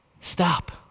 Stop